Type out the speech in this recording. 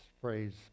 phrase